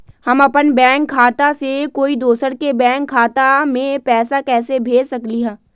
हम अपन बैंक खाता से कोई दोसर के बैंक खाता में पैसा कैसे भेज सकली ह?